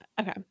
Okay